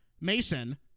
Mason